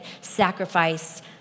sacrifice